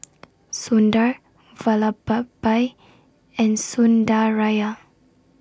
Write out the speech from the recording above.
Sundar Vallabhbhai and Sundaraiah